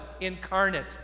incarnate